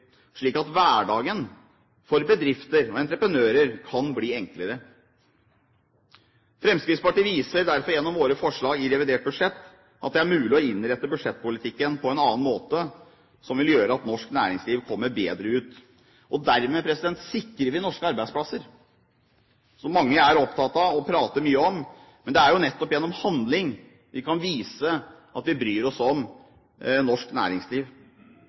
slik at hverdagen for bedrifter og entreprenører kan bli enklere. Fremskrittspartiet viser derfor gjennom sine forslag i revidert budsjett at det er mulig å innrette budsjettpolitikken på en annen måte, som vil gjøre at norsk næringsliv kommer bedre ut. Dermed sikrer vi norske arbeidsplasser, som mange er opptatt av og prater mye om, men det er jo nettopp gjennom handling vi kan vise at vi bryr oss om norsk næringsliv.